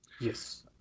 Yes